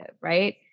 right